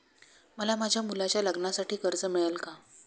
मला माझ्या मुलाच्या लग्नासाठी कर्ज मिळेल का?